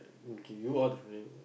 okay you are the